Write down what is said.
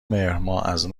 مهرماه، از